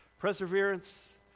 perseverance